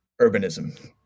urbanism